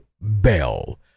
Bell